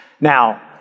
Now